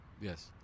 Yes